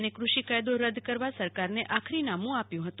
અને કૃષિ કાયદો રદ્દ કરવા સરકારને આખરીનામું આપ્યું હતું